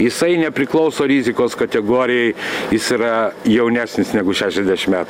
jisai nepriklauso rizikos kategorijai jis yra jaunesnis negu šešiasdešim metų